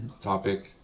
topic